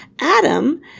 Adam